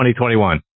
2021